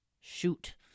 Shoot